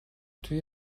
توی